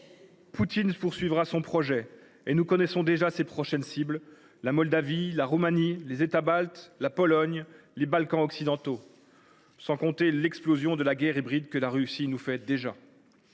Poutine poursuivra son projet, et nous connaissons déjà ses prochaines cibles : la Moldavie, la Roumanie, les États baltes, la Pologne et les Balkans occidentaux. Et c’est sans compter sur l’explosion de la guerre hybride que la Russie a déjà